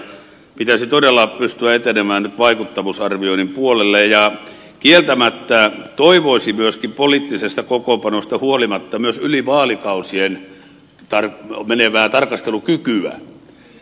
pitäisi todella pystyä etenemään nyt vaikuttavuusarvioiden puolelle ja kieltämättä toivoisin myöskin poliittisesta kokoonpanosta huolimatta myös yli vaalikausien menevää tarkastelukykyä